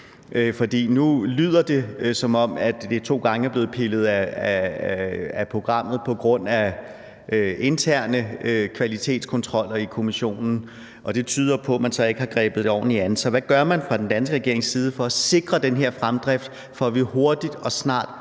nu lyder det, som om det to gange er blevet pillet af programmet på grund af interne kvalitetskontroller i Kommissionen, og det tyder på, at man så ikke har grebet det ordentligt an. Så hvad gør man fra den danske regerings side for at sikre den her fremdrift, så vi snart